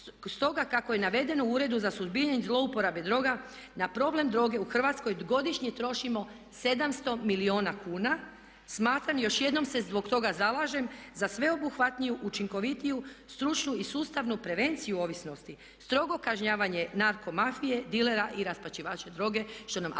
Stoga, kako je navedeno u Uredu za suzbijanje zlouporabe droga na problem droge u Hrvatskoj godišnje trošimo 700 milijuna kuna. Smatram, još jednom se zbog toga zalažem za sveobuhvatniju, učinkovitiju, stručnu i sustavnu prevenciju ovisnosti, strogo kažnjavanje narko mafije, dilera i rasparčivača droge što nam apsolutno